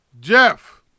Jeff